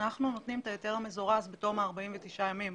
אנחנו נותנים את ההיתר המזורז בתום 49 ימים.